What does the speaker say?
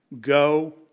Go